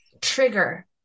trigger